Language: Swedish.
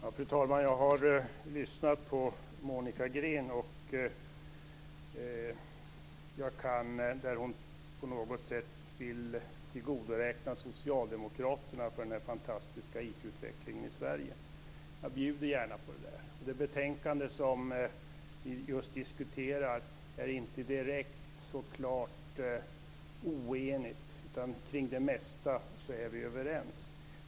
Fru talman! Jag har lyssnat på Monica Green. Hon vill på något sätt tillgodoräkna socialdemokraterna för den fantastiska IT-utvecklingen i Sverige. Jag bjuder gärna på det. Det betänkande som vi nu diskuterar är inte så klart oenigt. Vi är överens om det mesta.